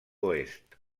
oest